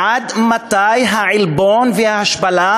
עד מתי העלבון וההשפלה האלה?